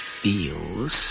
feels